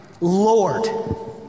Lord